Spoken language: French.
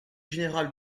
général